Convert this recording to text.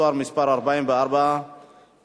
המהנדסים והאדריכלים (תשלום אגרה שנתית,